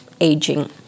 aging